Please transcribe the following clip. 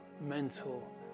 mental